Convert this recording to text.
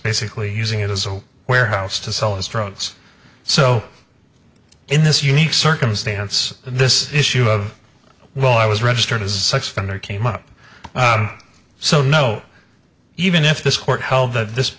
basically using it as a warehouse to sell instruments so in this unique circumstance this issue of well i was registered as a sex offender came up so no even if this court held that this